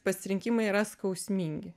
pasirinkimai yra skausmingi